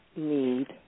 need